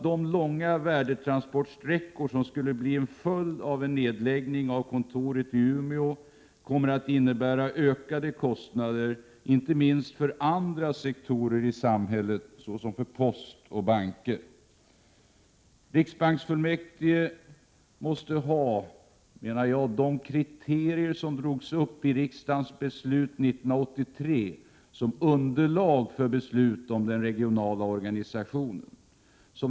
De långa värdetransportsträckor som skulle bli en följd av en nedläggning av kontoret i Umeå kommer att innebära ökade kostnader. Detta gäller inte minst för andra sektorer i samhället, såsom för post och banker. Riksbanksfullmäktige måste enligt min mening ha de kriterier som drogs upp i riksdagens beslut 1983 som underlag för beslut om den regionala organisationen.